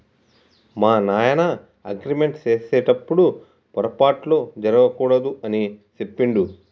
మా నాయన అగ్రిమెంట్ సేసెటప్పుడు పోరపాట్లు జరగకూడదు అని సెప్పిండు